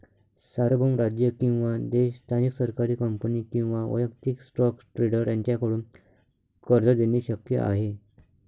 सार्वभौम राज्य किंवा देश स्थानिक सरकारी कंपनी किंवा वैयक्तिक स्टॉक ट्रेडर यांच्याकडून कर्ज देणे शक्य आहे